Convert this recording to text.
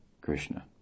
Krishna